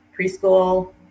preschool